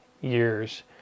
years